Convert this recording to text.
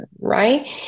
right